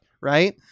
Right